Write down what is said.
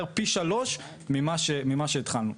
פי שלוש ממה שהתחלנו.